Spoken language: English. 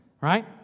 right